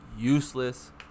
Useless